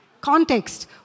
context